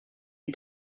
you